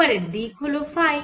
এবার এর দিক হল ফাই